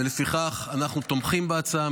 ולפיכך אנחנו תומכים בהצעה,